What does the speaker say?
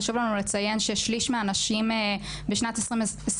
חשוב לנו לציין ששליש מהנשים בשנת 2021